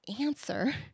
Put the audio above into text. answer